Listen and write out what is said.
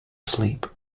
sleep